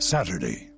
Saturday